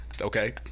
Okay